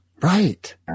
Right